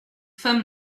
femme